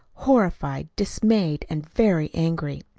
horrified, dismayed, and very angry.